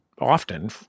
often